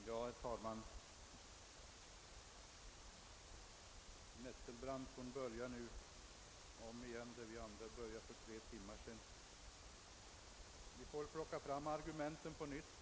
Herr talman! Fru Nettelbrandt börjar nu om där vi andra började för tre timmar sedan, och jag får väl plocka fram argumenten på nytt.